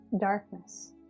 darkness